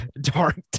dark